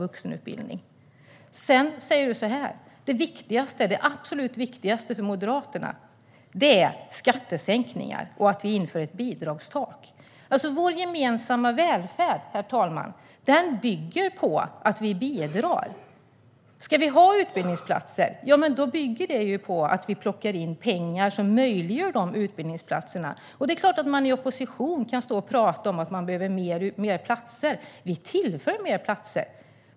Sedan säger du så här: Det absolut viktigaste för Moderaterna är skattesänkningar och att vi inför ett bidragstak. Vår gemensamma välfärd, herr talman, bygger på att vi bidrar. Om vi ska ha utbildningsplatser bygger det på att vi plockar in pengar som möjliggör dessa utbildningsplatser. Det är klart att man i opposition kan stå och prata om att det behövs fler platser. Vi tillför fler platser.